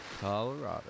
Colorado